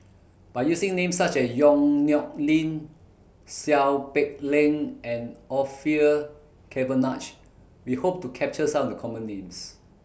By using Names such as Yong Nyuk Lin Seow Peck Leng and Orfeur Cavenagh We Hope to capture Some of The Common Names